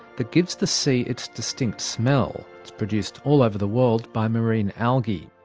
that gives the sea its distinct smell. it's produced all over the world by marine algae.